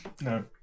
No